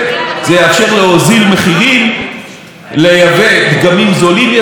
לייבא דגמים זולים יותר או טובים יותר לארץ בלי יותר מדי ביורוקרטיה.